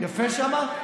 יפה שם?